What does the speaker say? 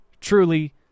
truly